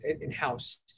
in-house